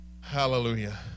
Hallelujah